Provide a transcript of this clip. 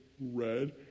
red